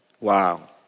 Wow